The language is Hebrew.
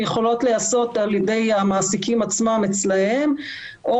הן יכולות להיעשות על ידי המעסיקים עצמם אצלם או